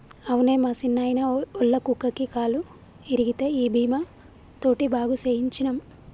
అవునే మా సిన్నాయిన, ఒళ్ళ కుక్కకి కాలు ఇరిగితే ఈ బీమా తోటి బాగు సేయించ్చినం